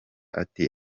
ati